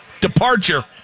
departure